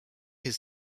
his